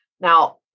Now